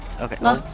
okay